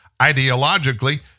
ideologically